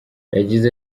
yagize